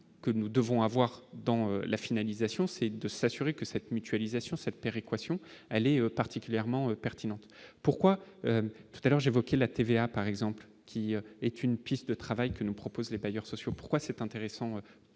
que nous devons avoir dans la finalisation, c'est de s'assurer que cette mutualisation cette péréquation, elle est particulièrement pertinente : pourquoi tout à l'heure j'évoquais la TVA par exemple qui est une piste de travail que nous proposent les bailleurs sociaux, pourquoi c'est intéressant,